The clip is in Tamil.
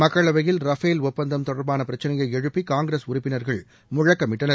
மக்களவையில் ரஃபேல் ஒப்பந்தம் தொடர்பான பிரச்சினையை எழுப்பி காங்கிரஸ் உறுப்பினர்கள் முழக்கமிட்டனர்